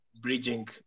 bridging